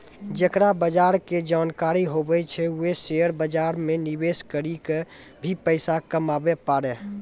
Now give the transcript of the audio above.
जेकरा बजार के जानकारी हुवै छै वें शेयर बाजार मे निवेश करी क भी पैसा कमाबै पारै